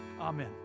Amen